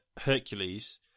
hercules